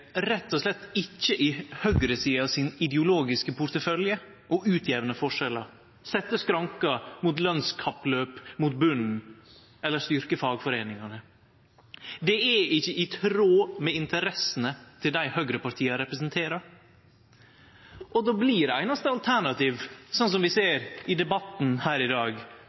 rett og slett ikkje i høgresida sin ideologiske portefølje å jamne ut forskjellar, setje skrankar mot lønskappløp mot botnen eller styrkje fagforeiningane. Det er ikkje i tråd med interessene til dei høgrepartia representerer, og då blir det einaste alternativet, slik vi ser i debatten her i dag,